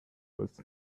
was